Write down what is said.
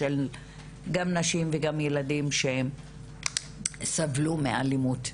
של ילדים וגם של נשים שסבלו מאלימות.